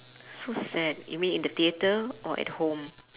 so sad you mean in the theater or at home